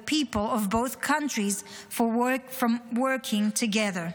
people of both countries from working together.